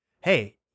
hey